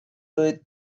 with